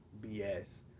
BS